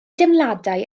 deimladau